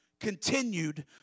continued